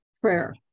prayer